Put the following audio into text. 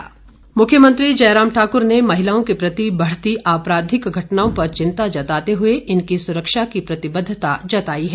प्रश्नकाल मुख्यमंत्री जयराम ठाक्र ने महिलाओं के प्रति बढ़ती आपराधिक घटनाओं पर चिंता जताते हुए इनकी सुरक्षा की प्रतिबद्धता जताई है